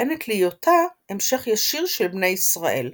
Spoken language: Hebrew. וטוענת להיותה המשך ישיר של בני ישראל.